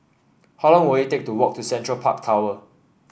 how long will it take to walk to Central Park Tower